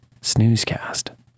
snoozecast